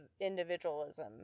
individualism